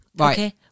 okay